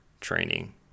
training